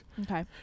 Okay